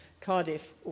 Cardiff